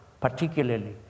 particularly